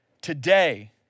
today